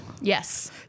Yes